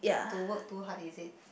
to work too hard is it